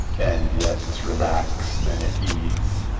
and yet relaxed and at ease